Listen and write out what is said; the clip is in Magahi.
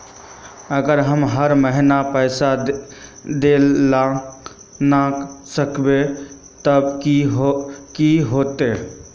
अगर हम हर महीना पैसा देल ला न सकवे तब की होते?